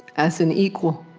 as an equal.